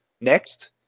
next